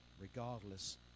regardless